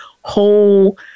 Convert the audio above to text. whole